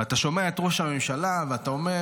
אתה שומע את ראש הממשלה ואומר: